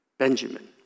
Benjamin